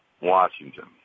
Washington